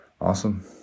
awesome